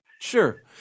Sure